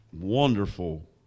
wonderful